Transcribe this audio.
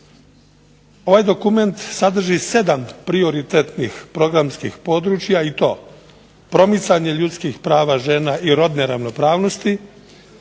Ovaj dokument sadrži 7 prioritetnih programskih područja i to promicanje ljudskih prava žena i rodne ravnopravnosti,